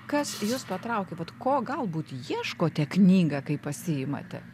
kas jus patraukia vat ko galbūt ieškote knygą kai pasiimate